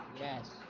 yes